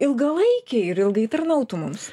ilgalaikiai ir ilgai tarnautų mums